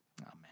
Amen